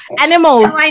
animals